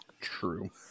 True